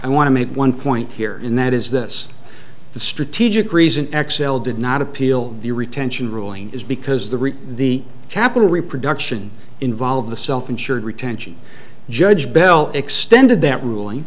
i want to make one point here and that is this the strategic reason xcel did not appeal the retention ruling is because the read the capital reproduction involved the self insured retention judge bell extended that ruling